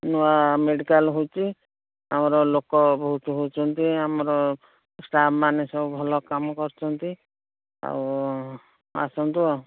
ନୂଆ ମେଡ଼ିକାଲ ହେଉଛି ଆମର ଲୋକ ବହୁତ ହେଉଛନ୍ତି ଆମର ଷ୍ଟାଫ୍ମାନେ ସବୁ ଭଲ କାମ କରୁଛନ୍ତି ଆଉ ଆସନ୍ତୁ ଆଉ